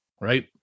right